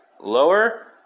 Lower